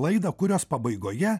laidą kurios pabaigoje